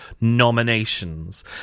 nominations